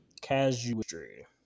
casuistry